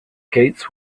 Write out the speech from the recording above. gates